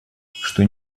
что